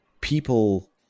people